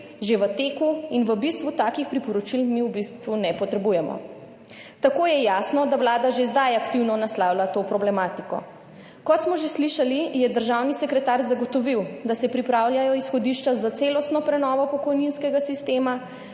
že v teku in v bistvu takih priporočil mi v bistvu ne potrebujemo. Tako je jasno, da Vlada že zdaj aktivno naslavlja to problematiko. Kot smo že slišali, je državni sekretar zagotovil, da se pripravljajo izhodišča za celostno prenovo pokojninskega sistema,